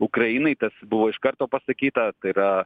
ukrainai tas buvo iš karto pasakyta tai yra